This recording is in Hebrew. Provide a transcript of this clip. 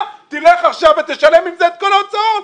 תלך עכשיו ותשלם עם זה את כל ההוצאות,